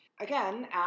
Again